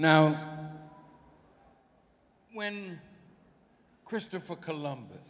now when christopher columbus